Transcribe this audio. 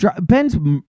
Ben's